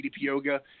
Yoga